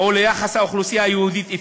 או ליחסים של האוכלוסייה היהודית אתו,